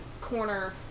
corner